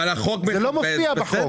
זה לא מופיע בחוק.